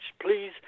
please